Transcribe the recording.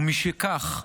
ומשכך,